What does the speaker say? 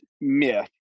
myth